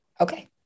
Okay